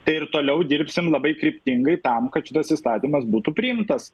tai ir toliau dirbsim labai kryptingai tam kad šitas įstatymas būtų priimtas